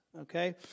Okay